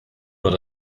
what